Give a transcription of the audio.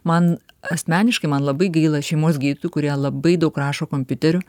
man asmeniškai man labai gaila šeimos gydytojų kurie labai daug rašo kompiuteriu